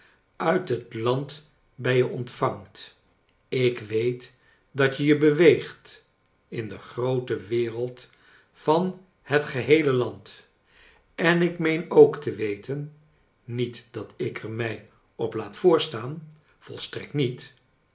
uit het land bij je ontvangt ik weet dat je je beweegt in de groote wereld van het geheele land en ik meen ook te weten niet dat ik er mij op laat voorstaan volstrekt niet